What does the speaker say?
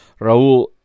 Raul